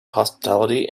hospitality